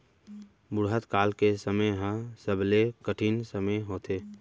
बुढ़त काल के समे ह सबले कठिन समे होथे